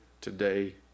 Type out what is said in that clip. today